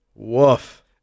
Woof